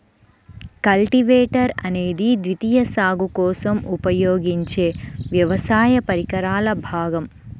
cultivator అనేది ద్వితీయ సాగు కోసం ఉపయోగించే వ్యవసాయ పరికరాల భాగం